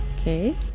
okay